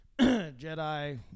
Jedi—